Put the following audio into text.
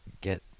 get